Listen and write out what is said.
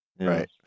Right